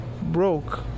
broke